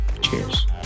Cheers